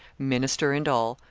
minister and all,